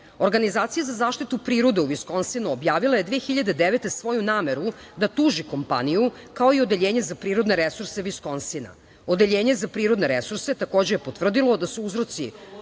zagađuje. Organizacije za zaštitu prirode u Viskonsinu objavila je 2009. godine svoju nameru da tuži kompaniju, kao i Odeljenje za prirodne resurse Viskonsina. Odeljenje za prirodne resurse takođe je potvrdilo da su uzorci